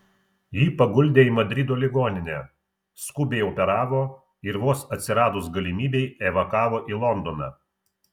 jį paguldė į madrido ligoninę skubiai operavo ir vos atsiradus galimybei evakavo į londoną